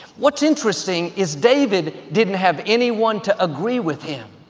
what's interesting is david didn't have anyone to agree with him.